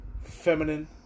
feminine